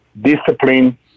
discipline